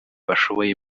bashoboye